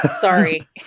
Sorry